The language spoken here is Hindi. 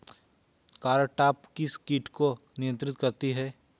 कारटाप किस किट को नियंत्रित करती है?